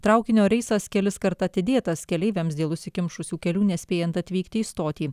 traukinio reisas keliskart atidėtas keleiviams dėl užsikimšusių kelių nespėjant atvykti į stotį